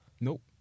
Nope